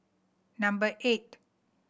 number eight